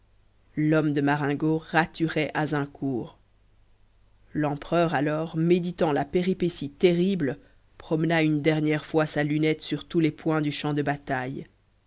l'homme de marengo raturait azincourt l'empereur alors méditant la péripétie terrible promena une dernière fois sa lunette sur tous les points du champ de bataille